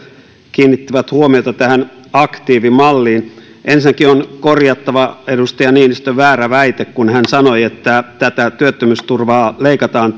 kiinnittivät huomiota tähän aktiivimalliin ensinnäkin on korjattava edustaja niinistön väärä väite kun hän sanoi että tätä työttömyysturvaa leikataan